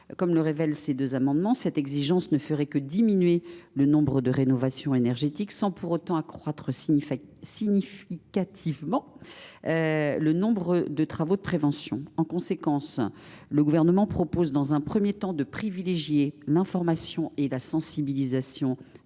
les auteurs de ces deux amendements, cette exigence ne ferait que diminuer le nombre de rénovations énergétiques sans pour autant accroître significativement le nombre de travaux de prévention. En conséquence, le Gouvernement propose, dans un premier temps, de privilégier l’information et la sensibilisation des